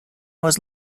was